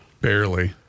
Barely